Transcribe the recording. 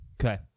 Okay